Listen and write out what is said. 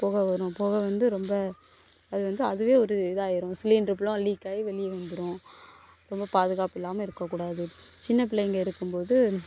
புக வரும் புக வந்து ரொம்ப அது வந்து அதுவே ஒரு இதாயிரும் சிலிண்டர் ஃபுல்லாக லீக் ஆயி வெளியே வந்துரும் ரொம்ப பாதுகாப்பு இல்லாமல் இருக்க கூடாது சின்னப்பிள்ளைங்கள் இருக்கும் போது